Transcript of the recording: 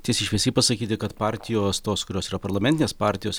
tiesiai šviesiai pasakyti kad partijos tos kurios yra parlamentinės partijos